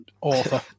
author